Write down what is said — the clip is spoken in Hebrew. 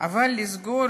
אבל לסגור